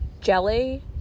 jelly